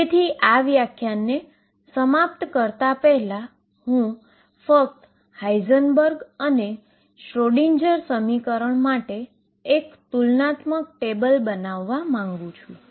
તેથી આ વ્યાખ્યાનને સમાપ્ત કરવા માટે હું ફક્ત હાઈઝનબર્ગ અને શ્રોડિંજરSchrödingerસમીકરણ માટે હું તુલનાત્મક ટેબલ બનાવું